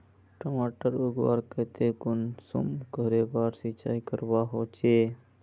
टमाटर उगवार केते कुंसम करे बार सिंचाई करवा होचए?